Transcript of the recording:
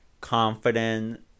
confident